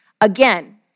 again